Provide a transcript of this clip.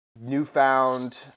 Newfound